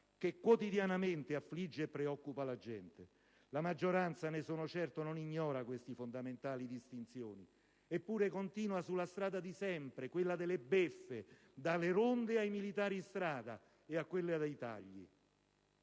che quotidianamente affligge e preoccupa la gente. Sono certo che la maggioranza non ignora queste fondamentali distinzioni; eppure continua sulla strada di sempre, quella delle beffe (dalle ronde ai militari in strada) e quella dei tagli.